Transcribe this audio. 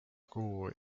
kuu